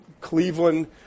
Cleveland